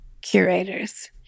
curators